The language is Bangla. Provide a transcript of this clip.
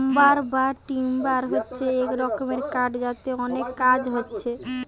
লাম্বার বা টিম্বার হচ্ছে এক রকমের কাঠ যাতে অনেক কাজ হচ্ছে